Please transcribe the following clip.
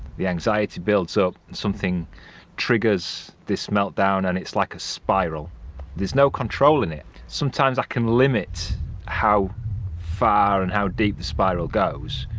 the anxiety builds up something triggers this meltdown and it's like a spiral there's no control in it. sometimes i can limit how far and how deep the spiral goes,